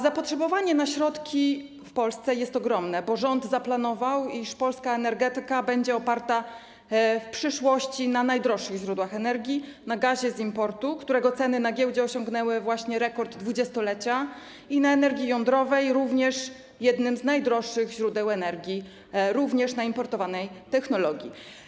Zapotrzebowanie na środki w Polsce jest ogromne, bo rząd zaplanował, iż polska energetyka będzie oparta w przyszłości na najdroższych źródłach energii, na gazie z importu, którego ceny na giełdzie osiągnęły właśnie rekord 20-lecia, i na energii jądrowej, również jednym z najdroższych źródeł energii, również na importowanej technologii.